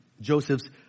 Joseph's